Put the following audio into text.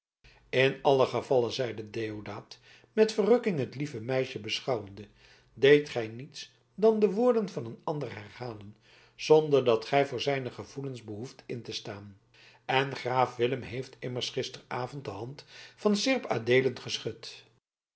in allen gevalle zeide deodaat met verrukking het lieve meisje beschouwende deedt gij niets dan de woorden van een ander herhalen zonder dat gij voor zijne gevoelens behoeft in te staan en graaf willem heeft immers gisteravond de hand van seerp van adeelen geschud